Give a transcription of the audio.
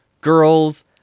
Girls